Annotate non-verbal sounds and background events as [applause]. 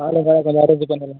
[unintelligible] ஆரம்பிக்க முடியும்